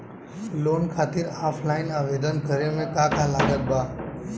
Loan खातिर offline आवेदन करे म का का लागत बा?